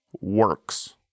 works